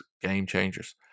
game-changers